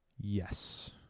Yes